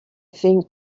think